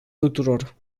tuturor